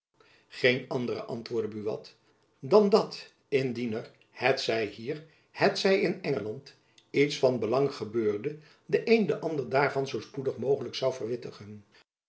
geene andere antwoordde buat dan dat indien er het zij hier het zij in engeland iets van belang gebeurde de een den ander daarvan zoo spoedig mogelijk zoû verwittigen